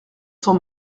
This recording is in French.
son